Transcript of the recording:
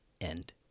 end